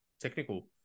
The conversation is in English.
technical